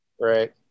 Right